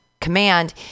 Command